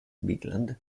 bigland